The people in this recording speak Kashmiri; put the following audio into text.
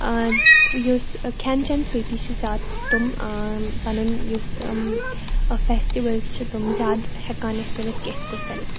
یُس کھٮ۪ن چٮ۪ن سۭتی چھِ زیادٕ تِم پَنُن یُس فیسٹِولٕز چھِ تِم زیادٕ ہٮ۪کان أسۍ ؤنِتھ کہِ اَسہِ کوٚر سیٚلبریٹ